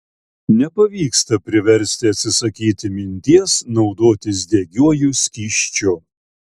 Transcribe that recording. nepavyksta priversti atsisakyti minties naudotis degiuoju skysčiu